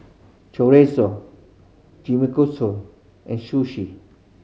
Chorizo and Sushi